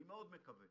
אני מקווה מאוד